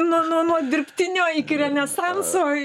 nuo nuo nuo dirbtinio iki renesanso